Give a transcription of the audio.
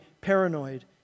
paranoid